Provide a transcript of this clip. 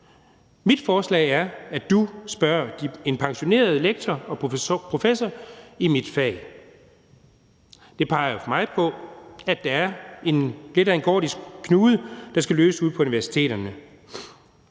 Mit forslag er, at du spørger en pensioneret lektor eller professor i mit fag. Det her peger for mig på, at der er lidt af en gordisk knude, der skal løses ude på universiteterne.